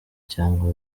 cyangwa